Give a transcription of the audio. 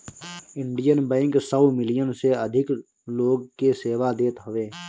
Indian Bank सौ million से अधिक लोग के सेवा देत हवे